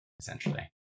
essentially